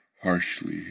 harshly